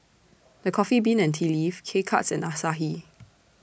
The Coffee Bean and Tea Leaf K Cuts and Asahi